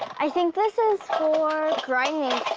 i think this is for grinding